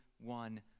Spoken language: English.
one